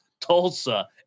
Tulsa